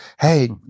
hey